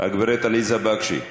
הגברת עליזה בראשי,